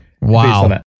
Wow